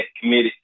committed